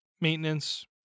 maintenance